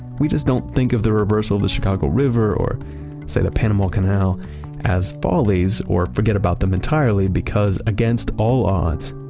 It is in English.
we just don't think of the reversal of the chicago river or say the panama canal as follies or forget about them entirely because, against all odds,